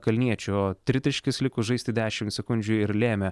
kalniečio tritaškis likus žaisti dešimt sekundžių ir lėmė